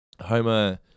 Homer